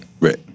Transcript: Right